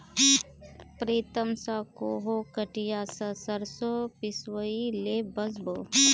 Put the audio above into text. प्रीतम स कोहो हटिया स सरसों पिसवइ ले वस बो